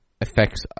affects